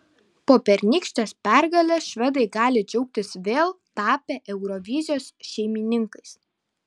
po pernykštės pergalės švedai gali džiaugtis vėl tapę eurovizijos šeimininkais